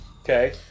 Okay